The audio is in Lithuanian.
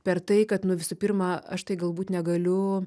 per tai kad nu visų pirma aš tai galbūt negaliu